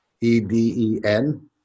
E-D-E-N